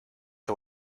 the